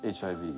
HIV